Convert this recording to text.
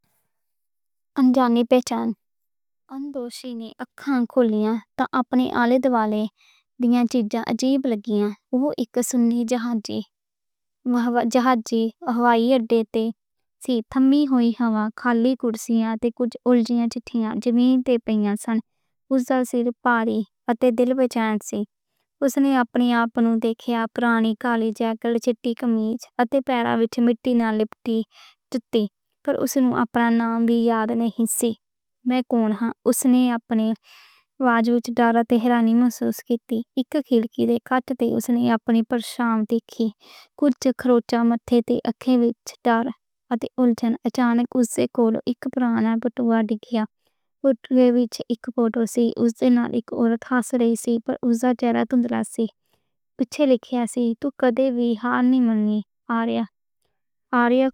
انجانی بے چینی اکھاں کھلی ہن۔ تے اپنے آلے دوالے دیاں چیزاں عجیب لگیاں ہن۔ اوہ اک سنّی جہانجی جہانجی ہوائی اڈے تے سی، تھمی ہوئی ہوا، خالی کرسیاں۔ تے کجھ الجھیئاں، اوس نے اپنی آپ نوں ویکھیا، پرانی کالی جیکٹ، چٹی کمیچ۔ اتھے پیراں وچ مٹی نال لپٹی چپٹی، پر اوس نوں اپنا ناں وی یاد نہیں سی۔ میں کون ہاں؟ اوس نے اپنے وجود چ ڈر تے حیرانی محسوس کیتی۔ اک کھڑکی دے کونے تے اوس نے اپنی پرچھائیں ویکھی۔ کجھ خراشاں متھے تے، اکھاں وچ ڈر تے الجھن اچانک اوس کولوں اک وڈا بٹوہ ویکھیا۔ بٹوے وچ اک فوٹو سی، اوس نال اک عورت ہس رہی سی۔ پر اوس دا چہرہ دھندلا سی، اوچے۔ لکھیا سی توں کدے وی ہاں نہیں مننی آریا آریا کو۔